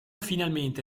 finalmente